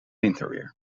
winterweer